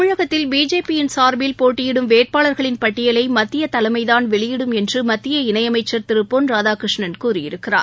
தமிழகத்தில் பிஜேபியின் சார்பில் போட்டியிடும் வேட்பாளர்களின் பட்டியலை மத்திய தலைமைதான் வெளியிடும் என்று மத்திய இணையமைச்சர் திரு பொன் ராதாகிருஷ்ணன் கூறியிருக்கிறார்